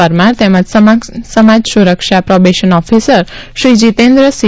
પરમાર તેમજ સમાજ સુરક્ષા probation officer Shri Jitendra C